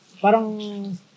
Parang